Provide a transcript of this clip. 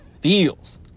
feels